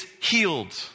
healed